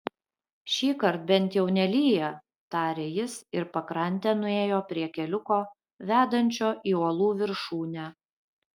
šįkart bent jau nelyja tarė jis ir pakrante nuėjo prie keliuko vedančio į uolų viršūnę